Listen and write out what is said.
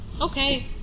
okay